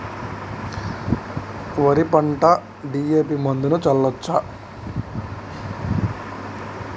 వరి పంట డి.ఎ.పి మందును చల్లచ్చా?